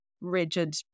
rigid